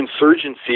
insurgency